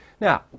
Now